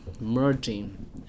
merging